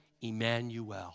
Emmanuel